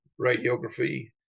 radiography